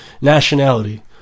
nationality